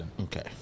Okay